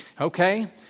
okay